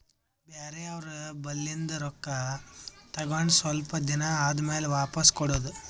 ಬ್ಯಾರೆ ಅವ್ರ ಬಲ್ಲಿಂದ್ ರೊಕ್ಕಾ ತಗೊಂಡ್ ಸ್ವಲ್ಪ್ ದಿನಾ ಆದಮ್ಯಾಲ ವಾಪಿಸ್ ಕೊಡೋದು